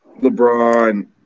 LeBron